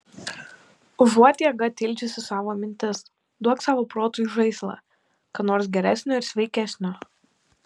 užuot jėga tildžiusi savo mintis duok savo protui žaislą ką nors geresnio ir sveikesnio